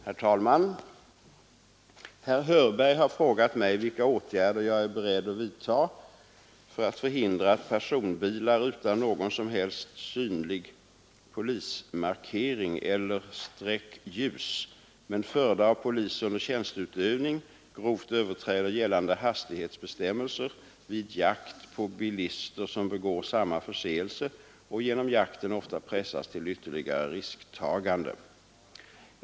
Herr talman! Herr Hörberg har frågat mig vilka åtgärder jag är beredd vidta för att förhindra att personbilar utan någon som helst synlig polismarkering eller ljus men förda av polis under tjänsteutövning grovt överträder gällande hastighetsbestämmelser vid ”jakt” på bilister som begår samma förseelse och genom jakten ofta pressas till ytterligare risktagande.